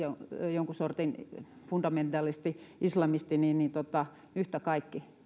jonkun sortin fundamentalisteja islamisteja ovat yhtä kaikki